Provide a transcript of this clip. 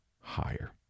higher